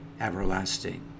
everlasting